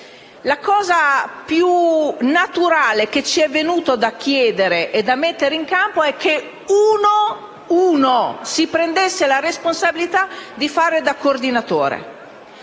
la cosa più naturale che ci è venuta da chiedere e da mettere in campo è che uno si prendesse la responsabilità di fare da coordinatore.